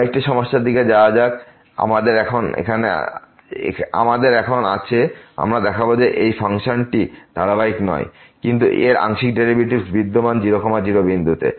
আরেকটি সমস্যার দিকে এগিয়ে যাওয়া আমাদের এখন আছে আমরা দেখাব যে এই ফাংশনটি fxyxyx22y2xy≠00 0elsewhere ধারাবাহিক নয় কিন্তু এর আংশিক ডেরিভেটিভস বিদ্যমান 0 0 বিন্দুতে